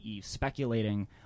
speculating